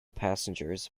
passengers